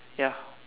ya